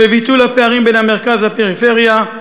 בביטול הפערים בין המרכז לפריפריה,